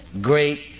great